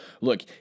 Look